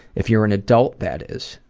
if you're an adult that is.